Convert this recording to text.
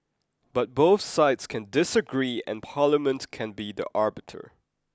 but both sides can disagree and parliament can be the arbiter